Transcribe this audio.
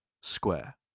square